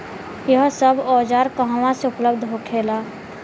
यह सब औजार कहवा से उपलब्ध होखेला?